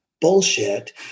bullshit